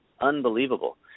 unbelievable